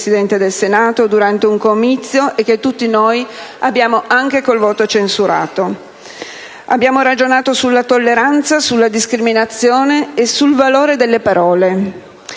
del Senato durante un comizio, e che tutti noi abbiamo censurato anche con il voto. Abbiamo ragionato sulla tolleranza, sulla discriminazione e sul valore delle parole.